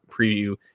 preview